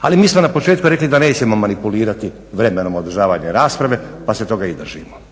Ali mi smo na početku rekli da nećemo manipulirati vremenom održavanja rasprave pa se toga i držimo.